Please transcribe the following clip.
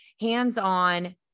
hands-on